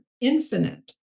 infinite